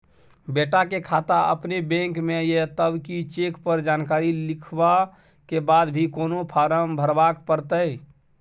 बेटा के खाता अपने बैंक में ये तब की चेक पर जानकारी लिखवा के बाद भी कोनो फारम भरबाक परतै?